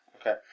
Okay